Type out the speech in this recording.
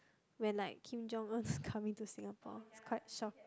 when like Kim-Jong-Un is coming to Singapore is quite shock